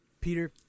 Peter